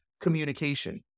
communication